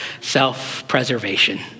self-preservation